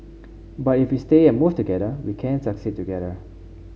but if we stay and move together we can succeed together